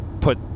Put